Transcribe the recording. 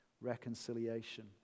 reconciliation